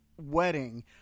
wedding